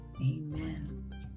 Amen